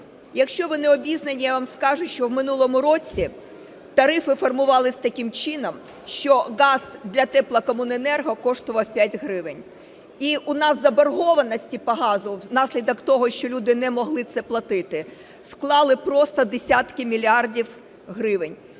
якщо ви не обізнані, я вам скажу, що в минулому році тарифи формувались таким чином, що газ для теплокомуненерго коштував 5 гривень. І у нас заборгованості по газу, внаслідок того, що люди не могли це платити, склали просто десятки мільярдів гривень.